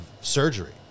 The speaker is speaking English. surgery